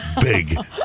Big